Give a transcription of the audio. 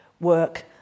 work